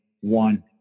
one